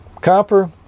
copper